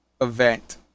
event